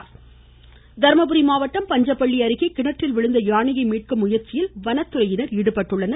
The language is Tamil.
தர்மபுரி வாய்ஸ் தர்மபுரி மாவட்டம் பஞ்சப்பள்ளி அருகே கிணற்றில் விழுந்த யானையை மீட்கும் முயற்சியில் வனத்துறையின் ஈடுபட்டுள்ளனர்